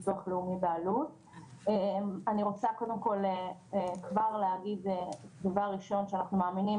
אני רוצה קודם כל כבר להגיד דבר ראשון שאנחנו מאמינים